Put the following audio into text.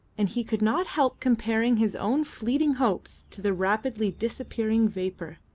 and he could not help comparing his own fleeting hopes to the rapidly disappearing vapour.